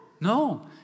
No